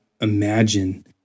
imagine